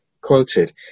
quoted